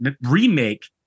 remake